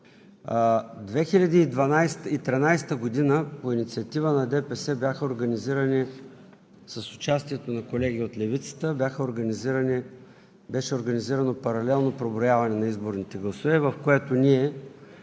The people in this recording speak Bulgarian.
2013 г. по инициатива на ДПС бяха организирани – с участието на колеги от Левицата, беше организирано паралелно преброяване на изборните гласове,